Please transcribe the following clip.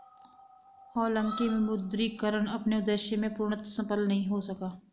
हालांकि विमुद्रीकरण अपने उद्देश्य में पूर्णतः सफल नहीं हो सका